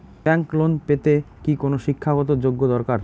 Bank loan পেতে কি কোনো শিক্ষা গত যোগ্য দরকার?